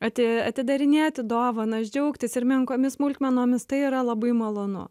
ati atidarinėti dovanas džiaugtis ir menkomis smulkmenomis tai yra labai malonu